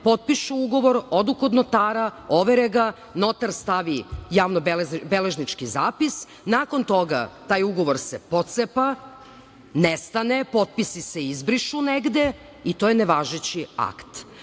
potpišu ugovor, odu kod notara, overe ga, notar stavi javnobeležnički zapis, nakon toga taj ugovor se pocepa, nestane, potpisi se izbrišu negde i to je nevažeći akt.